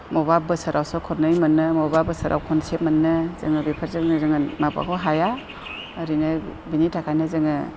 बबेबा बोसोरावसो खननै मोनो बबेबा बोसोराव खनसे मोनो जोङो बेफोरजोंनो जोङो माबाबो हाया ओरैनो बिनि थाखायनो जोङो